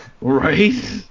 Right